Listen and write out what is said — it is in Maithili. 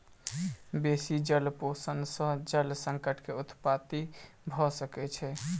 बेसी जल शोषण सॅ जल संकट के उत्पत्ति भ सकै छै